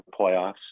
playoffs